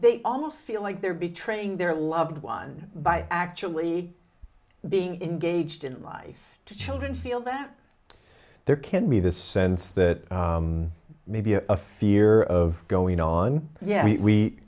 they almost feel like they're betraying their loved one by actually being engaged in life to children feel that there can be this sense that maybe a fear of going on yet we